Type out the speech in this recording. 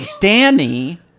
danny